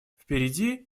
впереди